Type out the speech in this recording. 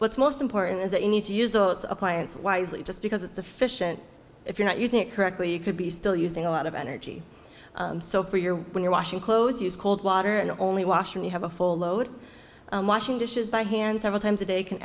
what's most important is that you need to use those appliances wisely just because it's a fish and if you're not using it correctly you could be still using a lot of energy so for your when your washing clothes use cold water and only washing you have a full load washing dishes by hand several times a day can